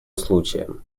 случаям